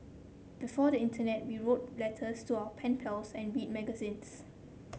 before the Internet we wrote letters to our pen pals and read magazines